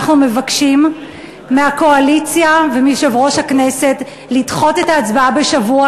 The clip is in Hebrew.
אנחנו מבקשים מהקואליציה ומיושב-ראש הכנסת לדחות את ההצבעה בשבוע,